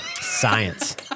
Science